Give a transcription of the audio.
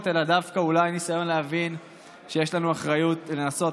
אלא דווקא אולי ניסיון להבין שיש לנו אחריות לנסות